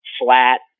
Flat